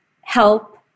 help